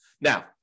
Now